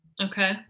Okay